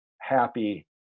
happy